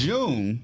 June